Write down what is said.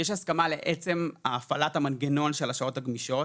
יש הסכמה לעצם הפעלת המנגנון של השעות הגמישות,